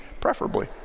preferably